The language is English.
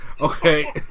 okay